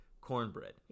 cornbread